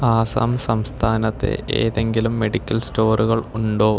ആസാം സംസ്ഥാനത്ത് ഏതെങ്കിലും മെഡിക്കൽ സ്റ്റോറുകൾ ഉണ്ടോ